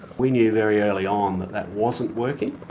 we knew very early on that that wasn't working.